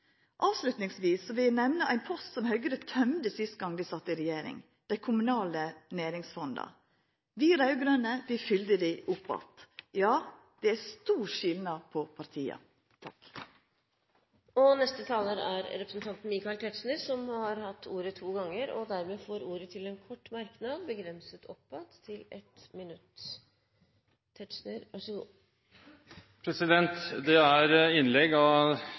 vil eg nemna ein post som Høgre tømde siste gong dei sat i regjering: dei kommunale næringsfonda. Vi raud-grøne fylte dei opp att. Ja, det er stor skilnad på partia. Representanten Michael Tetzschner har hatt ordet to ganger tidligere og får ordet til en kort merknad, begrenset til 1 minutt. Det er innlegg av den kaliber som vi hørte av